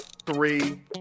Three